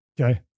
okay